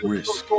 risk